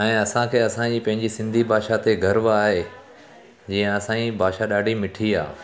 ऐं असांखे असांजी पंहिंजी सिंधी भाषा ते गर्व आहे जीअं असांजी भाषा ॾाढी मिठी आहे